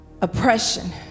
oppression